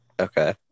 Okay